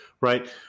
Right